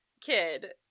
kid